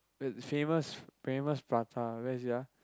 uh famous famous prata where is it ah